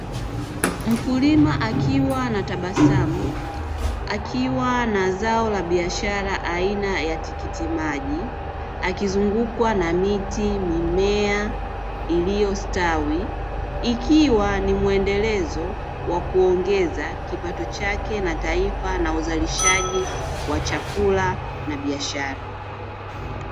Mkulima akiwa na tabasamu, akiwa na zao la biashara aina ya tikiti maji, akizungukwa na miti, mimea iliyostawi, ikiwa ni muendelezo wa kuongeza kipato chake na taifa na uzalishaji wa chakula na biashara.